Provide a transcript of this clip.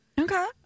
Okay